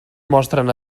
mostren